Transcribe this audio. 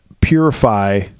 purify